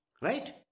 Right